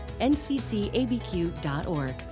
nccabq.org